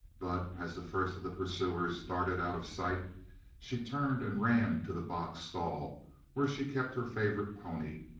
but as the first of the pursuers darted out of sight she turned and ran to the box stall where she kept her favorite pony,